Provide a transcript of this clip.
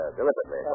deliberately